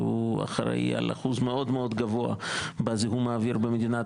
שאחראי על אחוז מאוד גבוה מהזיהום האווירי במדינה ,